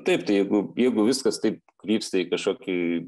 taip tai jeigu jeigu viskas taip krypsta į kažkokį